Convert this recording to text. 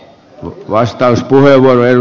kertokaa te